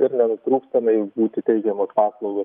ir nenutrūkstamai būti teikiamos paslaugos